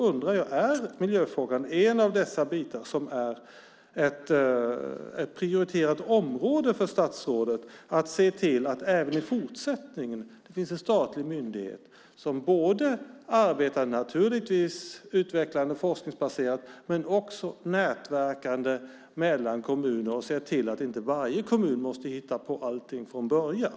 Är miljöfrågan en av dessa bitar som är ett prioriterat område för statsrådet att det gäller att se till att det även i fortsättningen finns en statlig myndighet? Man ska arbeta forskningsbaserat men också nätverkande mellan kommuner och se till att inte varje kommun måste hitta på allting från början.